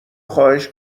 خواهش